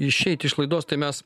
išeiti iš laidos tai mes